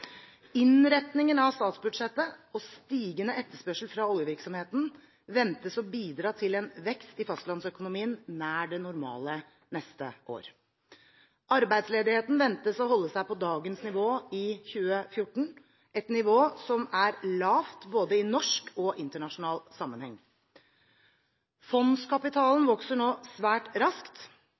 Innretningen av statsbudsjettet og stigende etterspørsel fra oljevirksomheten ventes å bidra til en vekst i fastlandsøkonomien nær det normale neste år. Arbeidsledigheten ventes å holde seg på dagens nivå i 2014, et nivå som er lavt både i norsk og internasjonal sammenheng. Fondskapitalen vokser nå svært raskt,